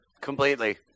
Completely